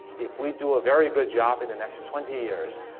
if we do a very good job in the next twenty years,